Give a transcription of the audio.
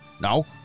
No